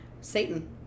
Satan